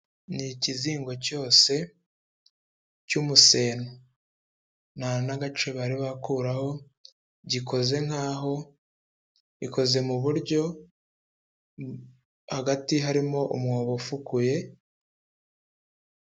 Ni ikizingo cyose cy'umuseno nta n'agace bari bakuraho, gikoze nkaho, gikoze mu buryo hagati harimo umwobo ufukuye...